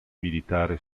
militare